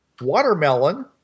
watermelon